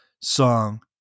song